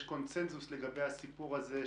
יש קונסנזוס לגבי הסיפור הזה,